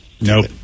Nope